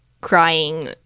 crying